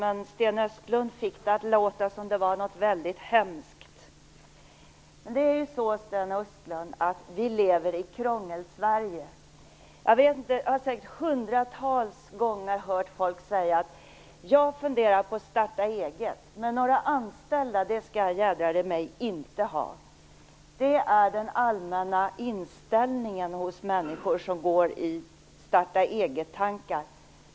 Men Sten Östlund fick det att låta som om det var något väldigt hemskt. Vi lever i Krångelsverige, Sten Östlund. Jag har säkert hundratals gånger hört människor säga: Jag funderar på att starta eget. Men några anställda skall jag jädrar i mig inte ha! Det är den allmänna inställningen hos människor som går i starta-eget-tankar.